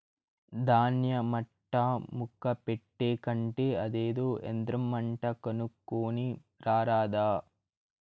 దాన్య మట్టా ముక్క పెట్టే కంటే అదేదో యంత్రమంట కొనుక్కోని రారాదా